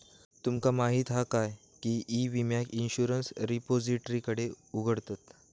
तुमका माहीत हा काय की ई विम्याक इंश्युरंस रिपोजिटरीकडे उघडतत